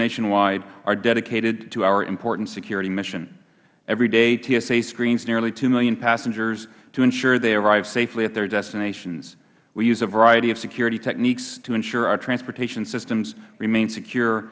nationwide are dedicated to our important security mission every day tsa screens nearly two million passengers to ensure they arrive safely at their destinations we use a variety of security techniques to ensure our transportation systems remain secure